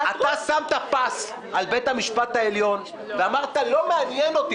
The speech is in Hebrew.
אתה שמת פס על בית המשפט העליון ואמרת: לא מעניין אותי,